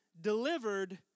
delivered